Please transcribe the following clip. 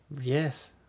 Yes